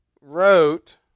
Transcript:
wrote